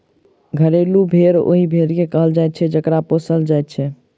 घरेलू भेंड़ ओहि भेंड़ के कहल जाइत छै जकरा पोसल जाइत छै